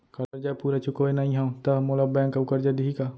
करजा पूरा चुकोय नई हव त मोला बैंक अऊ करजा दिही का?